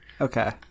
Okay